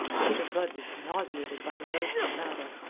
peter blood was nauseated by the loathsome haggle.